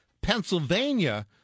Pennsylvania